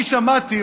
אני שמעתי,